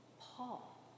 Paul